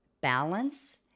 balance